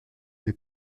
l’ai